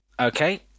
Okay